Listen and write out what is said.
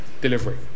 delivery